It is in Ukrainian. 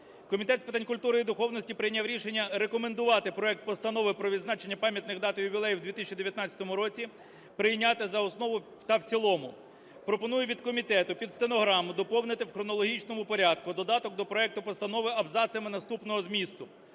Комітет з питань культури і духовності прийняв рішення рекомендувати проект Постанови про відзначення пам'ятних дат і ювілеїв в 2019 році прийняти за основу та в цілому. Пропоную від комітету під стенограму доповнити в хронологічному порядку додаток до проекту постанови абзацами наступному змісту.